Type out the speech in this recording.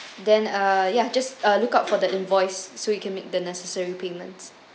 then uh ya just uh look out for the invoice so you can make the necessary payments